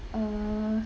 err